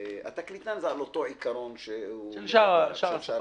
התקליטן הוא על אותו עיקרון של שאר הדברים.